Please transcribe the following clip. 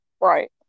Right